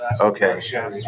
Okay